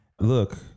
look